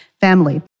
family